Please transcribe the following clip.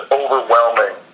overwhelming